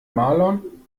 marlon